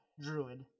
Druid